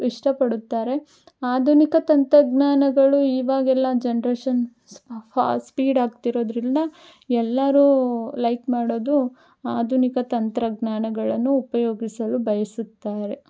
ಇಷ್ಟಪಡುತ್ತಾರೆ ಆಧುನಿಕ ತಂತ್ರಜ್ಞಾನಗಳು ಇವಾಗೆಲ್ಲ ಜನ್ರೇಷನ್ ಸ್ಪ ಫಾಸ್ ಸ್ಪೀಡಾಗ್ತಿರೋದರಿಂದ ಎಲ್ಲರೂ ಲೈಕ್ ಮಾಡೋದು ಆಧುನಿಕ ತಂತ್ರಜ್ಞಾನಗಳನ್ನು ಉಪಯೋಗಿಸಲು ಬಯಸುತ್ತಾರೆ